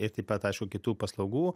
ir taip pat aišku kitų paslaugų